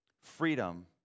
freedom